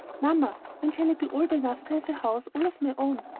mamma, when shall i be old enough to have a house all of my own?